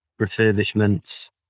refurbishments